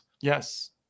Yes